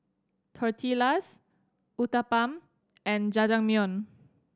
Tortillas Uthapam and Jajangmyeon